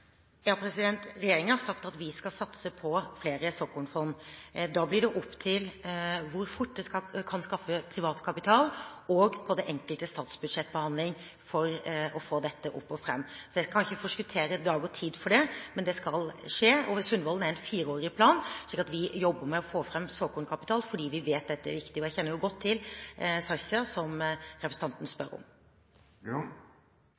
har sagt at den skal satse på flere såkornfond. Da kommer det an på hvor fort man kan skaffe privat kapital og på den enkelte statsbudsjettbehandling når man kan få dette opp og fram. Jeg kan ikke forskuttere dag og tid for det, men det skal skje. Sundvolden-erklæringen er en fireårig plan, slik at vi jobber med å få fram såkornkapital fordi vi vet dette er viktig.